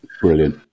Brilliant